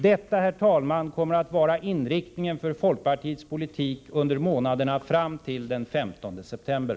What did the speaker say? Detta, herr talman, kommer att vara inriktningen för folkpartiets politik under månaderna fram till den 15 september.